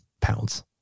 pounds